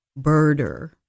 birder